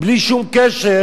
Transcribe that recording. בלי שום קשר,